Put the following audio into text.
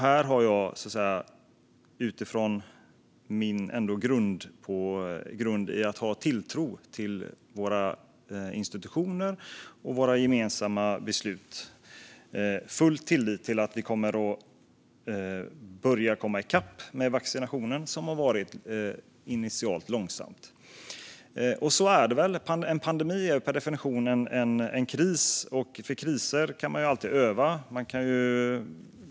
Här har jag, utifrån min grund i att ha tilltro till våra institutioner och våra gemensamma beslut, full tillit till att vi kommer att börja komma i kapp med vaccinationen, som initialt har gått långsamt. Så är det väl - en pandemi är per definition en kris, och för kriser kan man alltid öva.